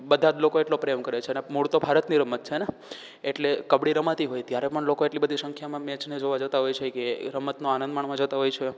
બધા જ લોકો એટલો પ્રેમ કરે છેને મૂળ તો ભારતની રમત છે ને એટલે કબડ્ડી રમાતી હોય ત્યારે પણ લોકો એટલી બધી સંખ્યામાં મેચને જોવા જતાં હોય છે કે રમતનો આનંદ માણવા જતા હોય છે